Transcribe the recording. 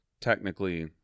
technically